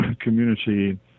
community